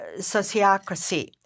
sociocracy